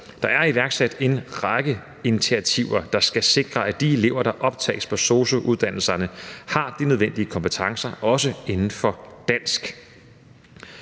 Der er iværksat en række initiativer, der skal sikre, at de elever, der optages på sosu-uddannelserne, har de nødvendige kompetencer, også inden for dansk.